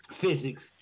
Physics